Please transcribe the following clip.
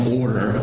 order